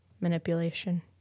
manipulation